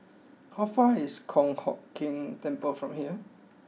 how far is Kong Hock Keng Temple from here